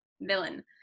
villain